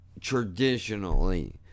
traditionally